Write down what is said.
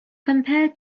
compare